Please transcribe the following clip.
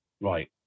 right